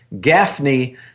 Gaffney